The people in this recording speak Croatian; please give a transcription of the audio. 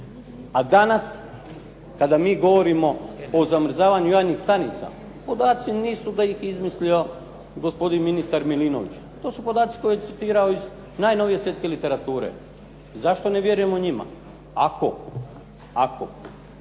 A danas kada mi govorimo o zamrzavanju jajnih stanica podaci nisu da ih je izmislio gospodin ministar Milinović. To su podaci koje je citirao iz najnovije svjetske literature. Zašto ne vjerujemo njima? Ako ovim